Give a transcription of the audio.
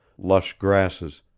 lush grasses,